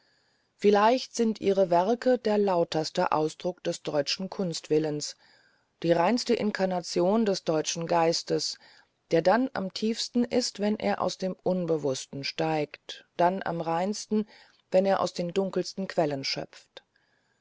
vielleicht sind ihre werke der lauterste ausdruck des deutschen kunstwillens und des deutschen geistes der dann am tiefsten ist wenn er aus dem unbewußten steigt dann am reinsten wenn er aus den dunkelsten quellen schöpft